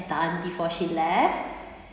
done before she left